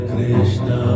Krishna